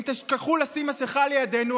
אם תשכחו לשים מסכה לידנו,